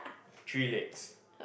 three legs